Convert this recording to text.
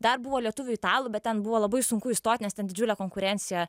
dar buvo lietuvių italų bet ten buvo labai sunku įstot nes ten didžiulė konkurencija